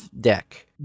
deck